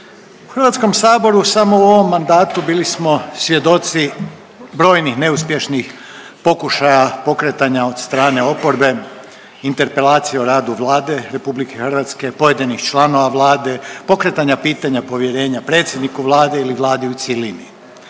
u HS samo u ovom mandatu bili smo svjedoci brojnih neuspješnih pokušaja pokretanja od strane oporbe, interpelacije o radu Vlade RH, pojedinih članova Vlade, pokretanja pitanja povjerenja predsjedniku Vlade ili Vladi i cjelini